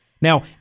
Now